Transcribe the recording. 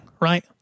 Right